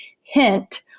hint